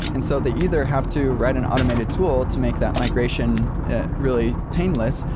and so they either have to write an automated tool to make that migration really painless.